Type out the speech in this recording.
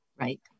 Right